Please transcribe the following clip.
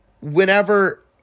whenever